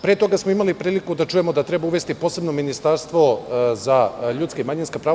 Pre toga smo imali priliku da čujemo da treba uvesti posebno ministarstvo za ljudska i manjinska prava.